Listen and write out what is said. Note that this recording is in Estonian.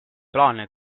plaane